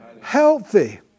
healthy